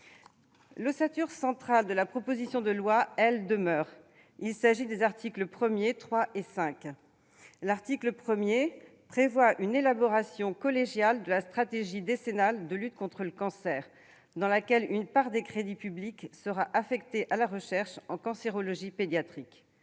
L'ossature centrale de la proposition de loi, elle, demeure. Il s'agit des articles 1, 3 et 5. L'article 1 prévoit une élaboration collégiale de la stratégie décennale de lutte contre le cancer, dans laquelle une part des crédits publics sera affectée à la recherche en cancérologie pédiatrique.